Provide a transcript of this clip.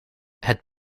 het